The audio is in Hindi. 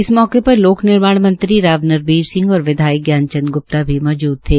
इस मौके पर लोक निर्माण मंत्री राव नरवीर सिंह और विधायक ज्ञानचंद ग्रप्ता भी मौजूद थे